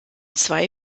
zwei